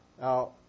Now